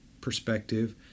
perspective